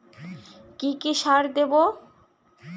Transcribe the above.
কি কি সার দেবো?